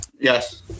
Yes